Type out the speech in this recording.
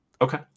Okay